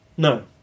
no